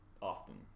often